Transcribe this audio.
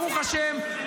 ברוך השם,